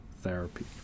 therapy